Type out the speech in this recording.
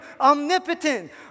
omnipotent